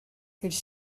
it’s